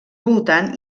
voltant